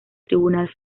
tribunal